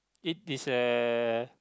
it is a